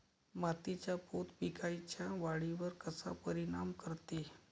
मातीचा पोत पिकाईच्या वाढीवर कसा परिनाम करते?